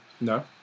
no